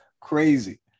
crazy